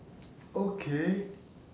okay